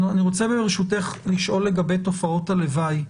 אני רוצה, ברשותך, לשאול לגבי תופעות הלוואי.